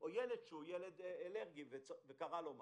או ילד אלרגי שקרה לו משהו.